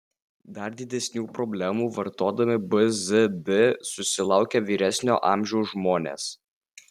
dar didesnių problemų vartodami bzd susilaukia vyresnio amžiaus žmonės